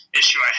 issue